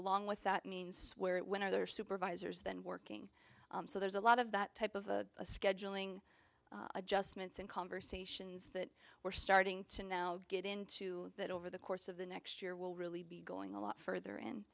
along with that means where it when other supervisors than working so there's a lot of that type of a scheduling adjustments and conversations that we're starting to now get into that over the course of the next year will really be going a lot further